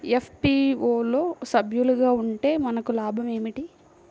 FPO లో సభ్యులుగా ఉంటే మనకు లాభం ఏమిటి?